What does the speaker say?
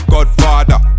Godfather